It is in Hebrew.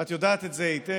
ואת יודעת את זה היטב.